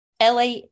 LA